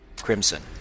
crimson